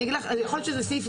אני רוצה להוסיף שתי הסתייגויות.